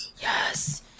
Yes